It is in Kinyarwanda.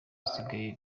gisigaye